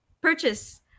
purchase